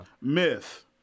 Myth